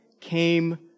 came